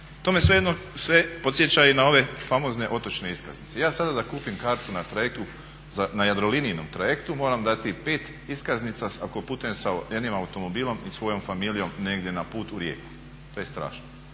To me sve podsjeća i na ove famozne otočne iskaznice. Ja sada da kupim kartu na trajektu na Jadrolinijinom trajektu moram dati 5 iskaznica ako putujem sa jednim automobilom i svojom familijom negdje na put u Rijeku, to je strašno.